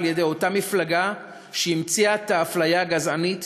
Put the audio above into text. על-ידי אותה מפלגה שהמציאה את האפליה הגזענית